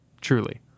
truly